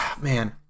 Man